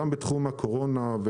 גם בתחום הקורונה,